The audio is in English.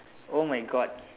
oh my god